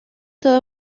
toda